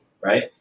right